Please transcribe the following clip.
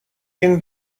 این